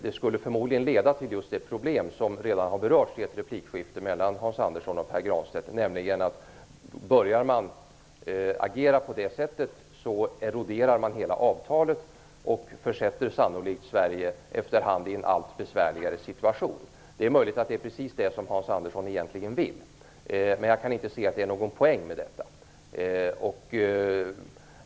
Det skulle förmodligen leda till just de problem som redan har berörts i ett replikskifte mellan Hans Andersson och Pär Granstedt. Börjar man att agera på detta sätt eroderar hela avtalet. Det försätter sannolikt efter hand Sverige i en allt besvärligare situation. Det är möjligt att det är precis det som Hans Andersson egentligen vill. Men jag kan inte se att det är någon poäng med detta.